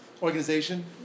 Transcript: Organization